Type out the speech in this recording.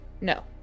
no